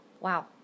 Wow